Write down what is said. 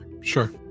Sure